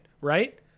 right